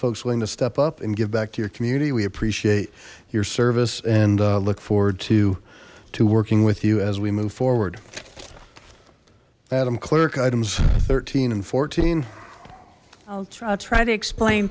folks willing to step up and give back to your community we appreciate your service and look forward to to working with you as we move forward adam clerk items thirteen and fourteen try to explain